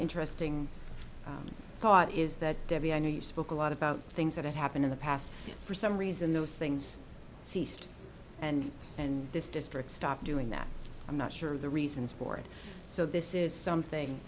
interesting thought is that i know you spoke a lot about things that happened in the past for some reason those things ceased and and this district stopped doing that i'm not sure of the reasons for it so this is something